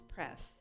Press